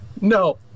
No